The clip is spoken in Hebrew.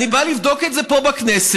אני בא לבדוק את זה פה, בכנסת,